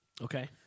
Okay